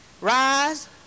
rise